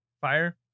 Fire